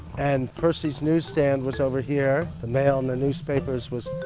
and percy's newsstand was over here. the mail and the newspapers was,